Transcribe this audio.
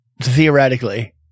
Theoretically